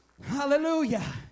hallelujah